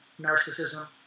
narcissism